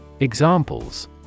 examples